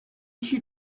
she